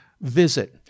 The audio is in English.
visit